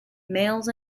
males